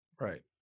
Right